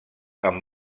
amb